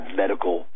medical